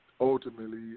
ultimately